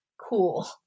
cool